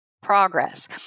Progress